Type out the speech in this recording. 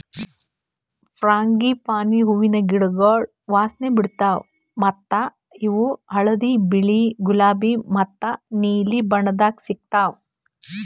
frangipani ಹೂವಿನ ಗಿಡಗೊಳ್ ವಾಸನೆ ಬಿಡ್ತಾವ್ ಮತ್ತ ಇವು ಹಳದಿ, ಬಿಳಿ, ಗುಲಾಬಿ ಮತ್ತ ನೀಲಿ ಬಣ್ಣದಾಗ್ ಸಿಗತಾವ್